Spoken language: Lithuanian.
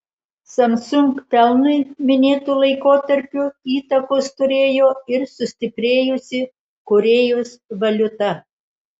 samsung pelnui minėtu laikotarpiu įtakos turėjo ir sustiprėjusi korėjos valiuta